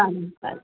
चालेल चालेल